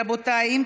רבותיי,